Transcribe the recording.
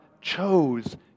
chose